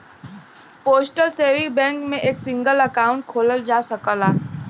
postal saving bank में एक single account खोलल जा सकला